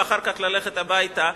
ואחר כך ללכת הביתה.